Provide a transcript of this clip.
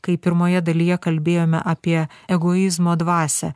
kai pirmoje dalyje kalbėjome apie egoizmo dvasią